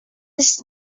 its